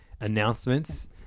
announcements